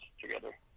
together